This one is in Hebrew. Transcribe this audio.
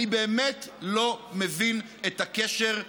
אני באמת לא מבין את הקשר,